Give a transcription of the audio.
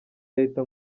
leta